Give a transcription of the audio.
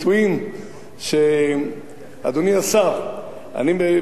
אדוני השר, אני מדבר עם עיתונאי,